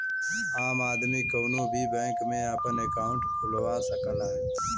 आम आदमी कउनो भी बैंक में आपन अंकाउट खुलवा सकला